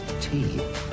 Tea